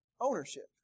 Ownership